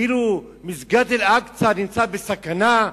כאילו מסגד אל-אקצא נמצא בסכנה,